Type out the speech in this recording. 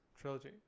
Trilogy